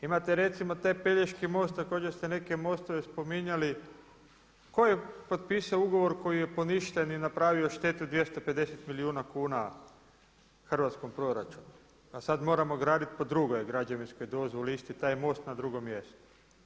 Imate recimo taj Pelješki mosta, također ste neke mostove spominjali, tko je potpisao ugovor koji je poništen i napravio štetu 250 milijuna kuna hrvatskom proračunu a sada moramo graditi po drugoj građevinskoj dozvoli isti taj most na drugom mjestu?